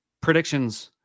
predictions